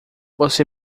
você